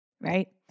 right